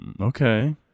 Okay